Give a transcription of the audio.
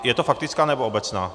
Je to faktická, nebo obecná?